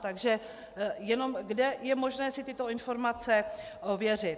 Takže jenom kde je možné si tyto informace ověřit.